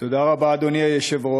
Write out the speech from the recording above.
תודה רבה, אדוני היושב-ראש.